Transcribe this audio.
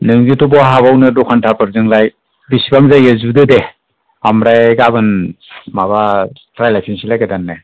नोंजोंथ' बहा हाबावनो दखानदारफोरजोंलाय बिसिबां जायो जुदो दे आमफ्राय गाबोन माबा रायलाय फिननोसै लाय गोदान नो